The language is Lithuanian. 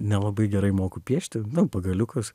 nelabai gerai moku piešti na pagaliukus